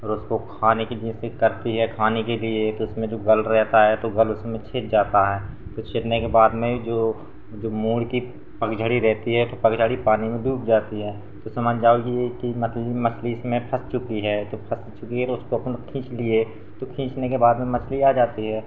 और उसको खाने को जैसे करती है खाने के लिए तो उसमें जो गल रहता है तो गल उसमें छिद जाता है तो छिदने के बाद में जो जो मोर की पगझड़ी रहती है तो पगझड़ी पानी में डूब जाती है तो समझ जाओ कि ये कि मछली मछली इसमें फँस चुकी है तो फँस चुकी है तो उसको अपन लोग खींच लिए तो खींचने के बाद में मछली आ जाती है